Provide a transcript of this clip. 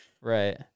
Right